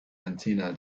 antenna